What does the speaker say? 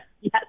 Yes